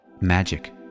magic